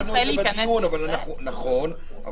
נכון.